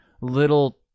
little